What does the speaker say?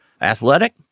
athletic